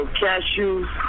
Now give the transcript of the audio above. cashews